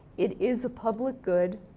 it is a public good,